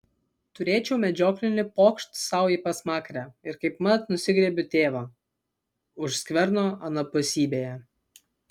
turėčiau medžioklinį pokšt sau į pasmakrę ir kaipmat nusigriebiu tėvą už skverno anapusybėje